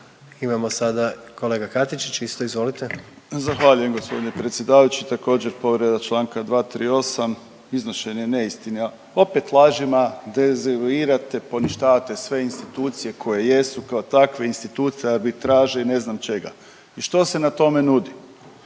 Izvolite. **Katičić, Krunoslav (HDZ)** Zahvaljujem gospodine predsjedavajući. Također povreda čl. 238. iznošenje neistina. Opet lažima dezinformirate, poništavate sve institucije koje jesu kao takve. Institut arbitraže i ne znam čega. I što se na tome nudi.